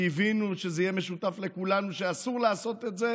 קיווינו שזה יהיה משותף לכולנו שאסור לעשות את זה.